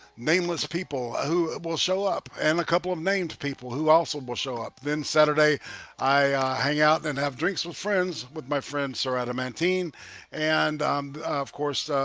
nameless people who will show up and a couple of names people who also will show up then saturday i hang out and have drinks with friends with my friends so adamantine and of course